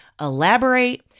elaborate